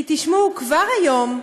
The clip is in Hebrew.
כי תשמעו, כבר היום,